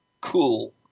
cool